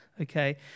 Okay